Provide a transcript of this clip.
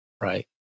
right